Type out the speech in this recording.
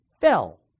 fell